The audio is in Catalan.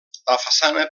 façana